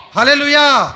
Hallelujah